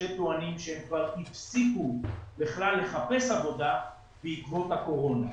שטוענים שהם כבר הפסיקו בכלל לחפש עבודה בעקבות הקורונה.